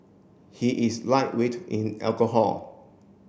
he is lightweight in alcohol